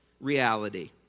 reality